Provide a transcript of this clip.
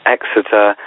Exeter